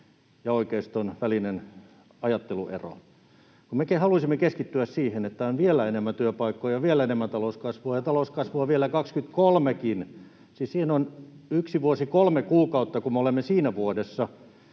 ja oikeiston välinen ajatteluero, mutta kun mekin haluaisimme keskittyä siihen, että on vielä enemmän työpaikkoja, vielä enemmän talouskasvua ja talouskasvua vielä 23:kin. Siis siihen on yksi vuosi kolme kuukautta, kun me olemme siinä vuodessa,